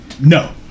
No